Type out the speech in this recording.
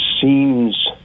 seems